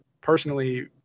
personally